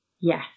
Yes